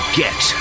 get